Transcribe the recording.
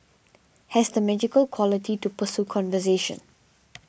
has the magical quality to pursue conservation